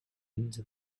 into